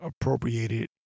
appropriated